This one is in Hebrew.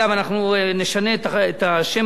אנחנו נשנה את השם הזה,